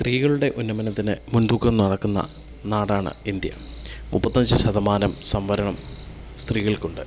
സ്ത്രീകളുടെ ഉന്നമനത്തിന് മുൻതൂക്കം നടക്കുന്ന നാടാണ് ഇന്ത്യ മുപ്പത്തഞ്ച് ശതമാനം സംവരണം സ്ത്രീകൾക്കുണ്ട്